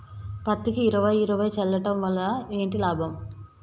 పత్తికి ఇరవై ఇరవై చల్లడం వల్ల ఏంటి లాభం?